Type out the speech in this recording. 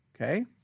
okay